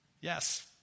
Yes